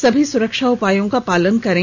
सभी सुरक्षा उपायों का पालन करें